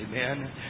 Amen